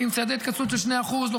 אתם יודעים מה?